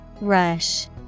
Rush